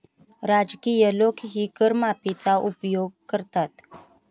राजकीय लोकही कर माफीचा उपयोग करतात